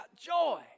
joy